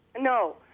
No